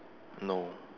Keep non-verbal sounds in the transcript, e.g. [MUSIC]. no [NOISE]